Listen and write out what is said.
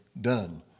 done